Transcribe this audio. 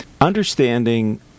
Understanding